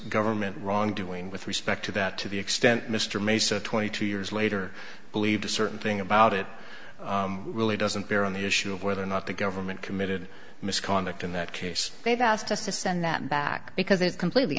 government wrongdoing with respect to that to the extent mr mason twenty two years later believed a certain thing about it really doesn't bear on the issue of whether or not the government committed misconduct in that case they've asked us to send that back because it completely